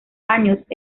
años